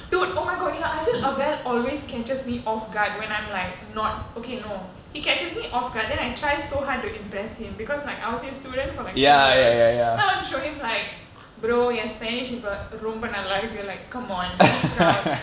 dude oh my god ya I feel abel always catches me off guard when I'm like not okay no he catches me off guard then I try so hard to impress him because like I was his student for like three years then I want show him like bro you're spanish but ரொம்பநல்லாஇருக்கு:romba nalla irukku be like come on be proud